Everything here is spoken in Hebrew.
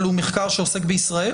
שעוסק בישראל?